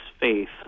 faith